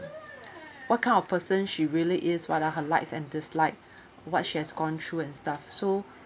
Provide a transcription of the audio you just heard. what kind of person she really is what are her likes and dislike what she has gone through and stuff so